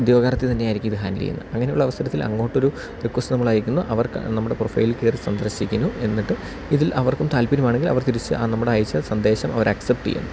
ഉദ്യോഗാർത്ഥി തന്നെയായിരിക്കും ഇത് ഹാൻഡില് ചെയ്യുന്നത് അങ്ങനെയുള്ള അവസരത്തിൽ അങ്ങോട്ടൊരു റിക്വസ്റ്റ് നമ്മളയക്കുന്നു അവർ നമ്മുടെ പ്രൊഫൈൽ കയറി സന്ദർശിക്കുന്നു എന്നിട്ട് ഇതിൽ അവർക്കും താല്പര്യമാണെങ്കിൽ അവർ തിരിച്ച് ആ നമ്മുടെ അയച്ച സന്ദേശം അവർ ആക്സെപ്പ് ചെയ്യുന്നു